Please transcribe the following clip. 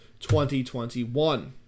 2021